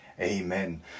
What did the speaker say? Amen